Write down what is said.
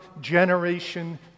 generation